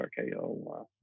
RKO